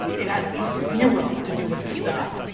it has zero to do with the stuff,